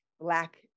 black